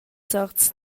sorts